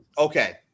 Okay